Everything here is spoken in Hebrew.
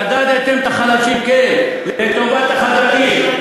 שדדתם את החלשים לטובת החזקים.